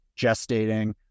gestating